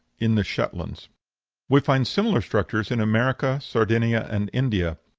in the shetlands we find similar structures in america, sardinia, and india.